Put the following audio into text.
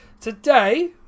Today